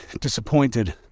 disappointed